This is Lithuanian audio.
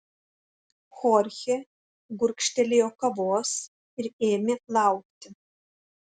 chorchė gurkštelėjo kavos ir ėmė laukti